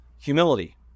humility